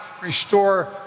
restore